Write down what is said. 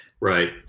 Right